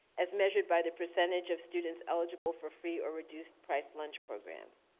as measured by the percentage of students eligible for fee or reduced price lunch programs.